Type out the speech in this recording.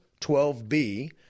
12b